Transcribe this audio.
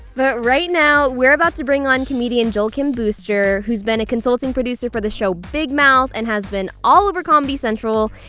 right now we're about to bring on comedian joel kim booster, who's been a consulting producer for the show big mouth and has been all over comedy central.